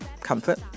comfort